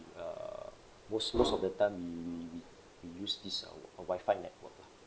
err most most of the time we we we we use this uh Wi-Fi network lah